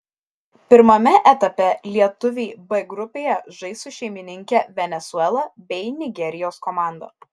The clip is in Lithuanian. pirmame etape lietuviai b grupėje žais su šeimininke venesuela bei nigerijos komanda